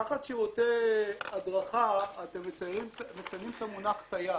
תחת שירותי הדרכה אתם מציינים את המונח "תייר",